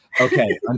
Okay